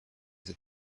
that